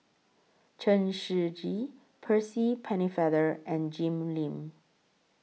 Chen Shiji Percy Pennefather and Jim Lim